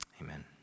Amen